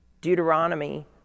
Deuteronomy